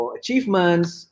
achievements